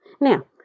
Now